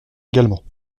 également